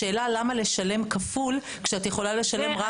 השאלה למה לשלם כפול, כשאת יכולה לשלם פחות.